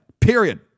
Period